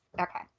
Okay